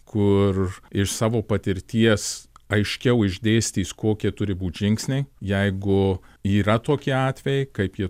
kur iš savo patirties aiškiau išdėstys kokie turi būt žingsniai jeigu yra tokie atvejai kaip jie